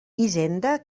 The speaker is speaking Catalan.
hisenda